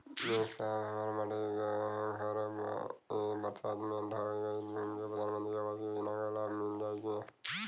ए साहब हमार माटी क घर ए बरसात मे ढह गईल हमके प्रधानमंत्री आवास योजना क लाभ मिल जाई का?